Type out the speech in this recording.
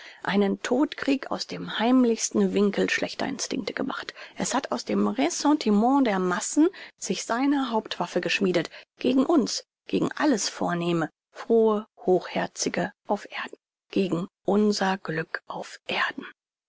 einen todkrieg aus den heimlichsten winkeln schlechter instinkte gemacht es hat aus dem ressentiment der massen sich seine hauptwaffe geschmiedet gegen uns gegen alles vornehme frohe hochherzige auf erden gegen unser glück auf erden